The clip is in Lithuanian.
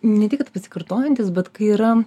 ne tai kad pasikartojantys bet kai yra